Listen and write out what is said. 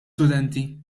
studenti